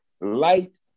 light